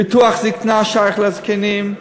ביטוח זיקנה שייך לזקנים,